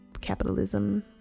capitalism